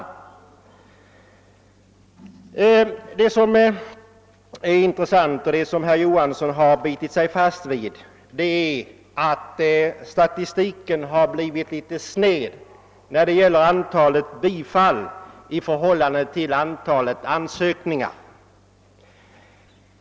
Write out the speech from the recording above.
Det som är intressant och som herr Johansson har bitit sig fast vid är att statistiken har blivit litet sned när det gäller antalet bifall i förhållande till antalet ansökningar.